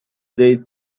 they